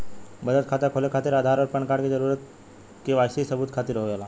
बचत खाता खोले खातिर आधार और पैनकार्ड क जरूरत के वाइ सी सबूत खातिर होवेला